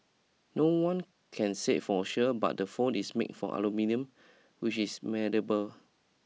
no one can say for sure but the phone is made from aluminium which is malleable